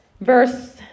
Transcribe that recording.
Verse